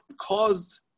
caused